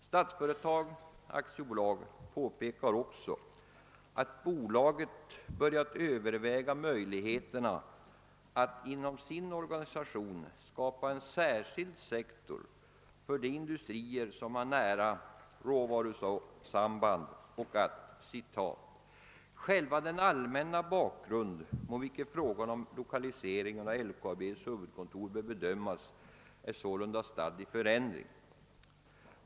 Statsföretag AB påpekade också att bolaget börjat överväga möjligheterna att inom sin organisation skapa en särskild sektor för de industrier som har nära råvarusamband och skriver: » Själva den allmänna bakgrund mot vilken frågan om lokaliseringen av LKAB:s huvudkontor bör bedömas är således stadd i förändring.